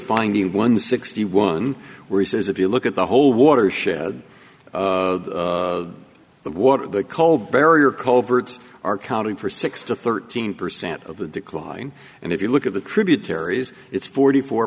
finding one sixty one where he says if you look at the whole watershed of the water the cold barrier culverts are counting for six to thirteen percent of the decline and if you look at the tributaries it's forty four